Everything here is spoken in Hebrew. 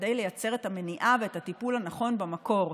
כדי לייצר את המניעה ואת הטיפול הנכון במקור.